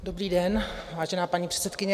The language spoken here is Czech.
Dobrý den, vážená paní předsedkyně.